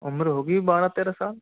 उम्र होगी बारह तेरह साल